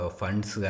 funds